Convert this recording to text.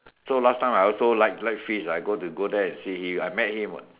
so last time I also like like fish what so I go there and see him I met him what